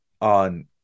on